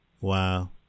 Wow